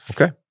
Okay